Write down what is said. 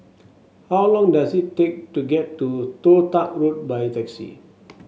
how long does it take to get to Toh Tuck Road by taxi